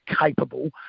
capable